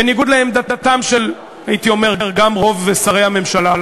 בניגוד לעמדתם של, הייתי אומר, גם רוב שרי הממשלה,